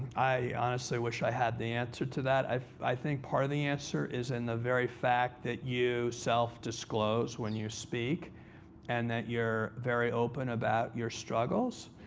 i honestly wish i had the answer to that. i think part of the answer is in the very fact that you self disclose when you speak and that you're very open about your struggles.